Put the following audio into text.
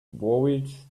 worried